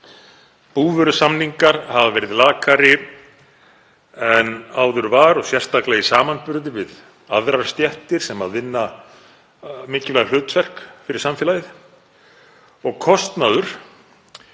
Búvörusamningar hafa verið lakari en áður var og sérstaklega í samanburði við aðrar stéttir sem hafa mikilvæg hlutverk fyrir samfélagið og kostnaður